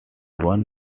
one